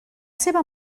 seva